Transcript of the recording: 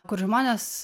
kur žmonės